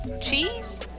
cheese